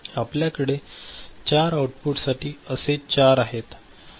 आपल्याकडे 4 आउटपुटसाठी असे 4 आहेत